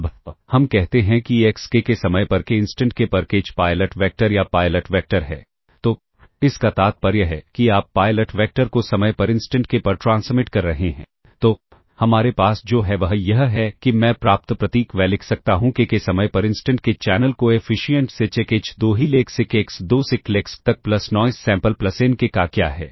अब हम कहते हैं कि x k k समय पर k इंस्टेंट k पर kth पायलट वेक्टर या पायलट वेक्टर है तो इसका तात्पर्य है कि आप पायलट वेक्टर को समय पर इंस्टेंट k पर ट्रांसमिट कर रहे हैं तो हमारे पास जो है वह यह है कि मैं प्राप्त प्रतीक y लिख सकता हूं k के समय पर instant k channel coefficients h1 h2 hL x1k x2k से XLK तक plus noise sample plus N K का क्या है